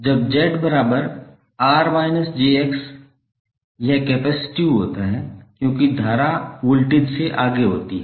जब 𝒁𝑅 𝑗𝑋 यह कैपेसिटिव होता है क्योंकि धारा वोल्टेज से आगे होती है